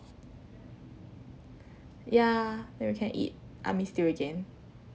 yeah then we can eat army stew again